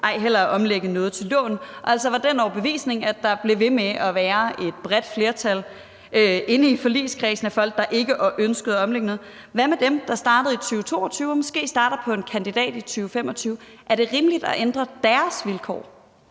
ej heller at omlægge noget til et lån« – og altså var af den overbevisning, at der blev ved med at være et bredt flertal inde i forligskredsen af folk, der ikke ønskede at omlægge noget? Hvad med dem, der startede i 2022 og måske starter på en kandidat i 2025? Er det rimeligt at ændre deres vilkår?